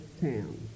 town